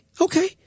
okay